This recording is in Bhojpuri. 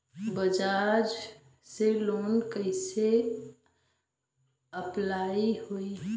बजाज से लोन कईसे अप्लाई होई?